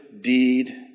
deed